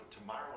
tomorrow